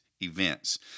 events